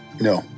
no